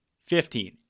Fifteen